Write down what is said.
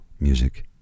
music